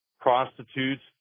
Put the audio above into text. prostitutes